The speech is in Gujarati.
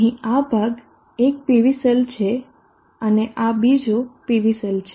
અહીં આ ભાગ એક PV સેલ છે અને આ બીજો PV સેલ છે